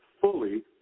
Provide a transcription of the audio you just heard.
fully